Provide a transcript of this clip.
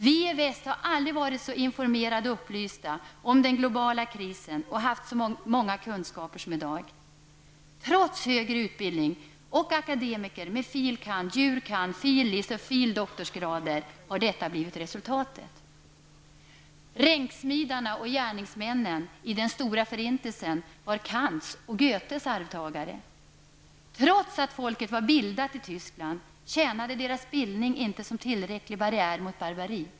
Vi i väst har aldrig varit så informerade och upplysta om den globala krisen och haft så många kunskaper som i dag. Trots högre utbildning och akademiker med fil. kand.-, jur. kand.-, fil. lic.- och fil. dr-grader har detta blivit resultatet. Ränksmidarna och gärningsmännen i Den stora förintelsen var Kants och Goethes arvtagare. Trots att folket i Tyskland var bildat tjänade deras bildning inte som tillräcklig barriär mot barbari.